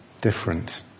different